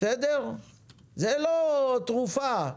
זו לא תרופה.